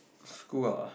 school ah